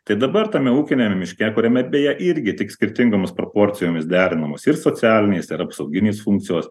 tai dabar tame ūkiniame miške kuriame beje irgi tik skirtingomis proporcijomis derinamos ir socialinės ir apsauginės funkcijos